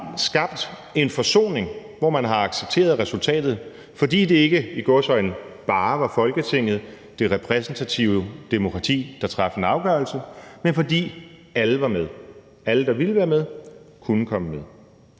skabt en forsoning, hvor man har accepteret resultatet, fordi det ikke, i gåseøjne, bare var Folketinget, det repræsentative demokrati, der traf en afgørelse, men fordi alle var med. Alle, der ville være med, kunne komme med,